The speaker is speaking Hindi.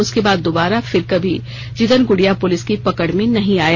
उसके बाद दुबारा फिर कमी जिदन गुड़िया पुलिस की पकड़ में नहीं आया